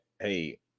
hey